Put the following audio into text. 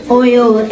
oil